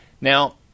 Now